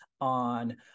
on